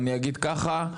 אני אגיד ככה,